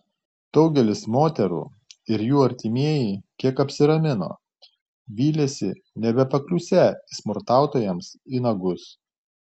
daugelis moterų ir jų artimieji kiek apsiramino vylėsi nebepakliūsią smurtautojams į nagus